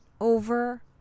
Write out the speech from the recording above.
over